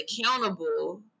accountable